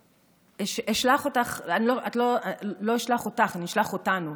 אשלח אותך, לא אשלח אותך, אני אשלח אותנו